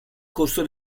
corso